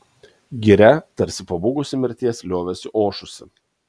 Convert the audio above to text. giria tarsi pabūgusi mirties liovėsi ošusi